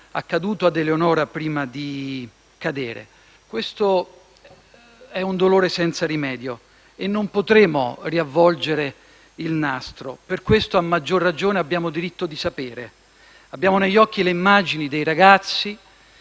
accaduto a Eleonora prima di cadere. Questo è un dolore senza rimedio e non potremo riavvolgere il nastro. Per questo, a maggior ragione, abbiamo il diritto di sapere. Abbiamo negli occhi le immagini dei ragazzi